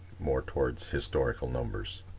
more towards historical numbers.